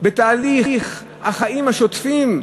בתהליך החיים השוטפים,